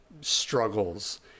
struggles